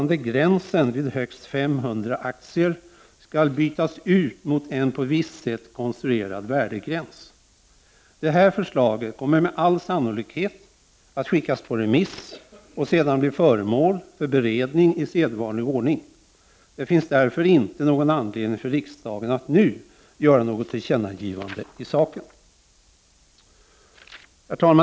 högst 500 aktier skall bytas ut mot en på visst sätt konstruerad värdegräns. Det här förslaget kommer med all sannolikhet att skickas på remiss och sedan bli föremål för beredning i sedvanlig ordning. Det finns därför inte någon anledning för riksdagen att nu göra något tillkännagivande i saken. Herr talman!